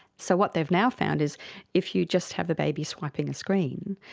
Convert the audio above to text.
so what they've now found is if you just have a baby swiping a screen,